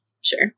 Sure